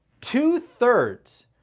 two-thirds